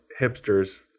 hipsters